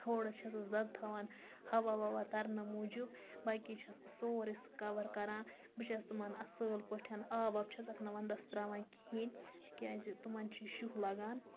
تھوڑا چھَسَس زیادٕ تھاوان ہَوا وَوا ترنہٕ موٗجوٗب باقٕے چھَس بہٕ سورُے سُہ کَوَر کَران بہٕ چھَس تِمَن اصل پٲٹھۍ آب واب چھَسَکھ نہٕ وَندَس تراوان کِہیٖنۍ تکیازِ تِمَن چھُ شُہہ لَگان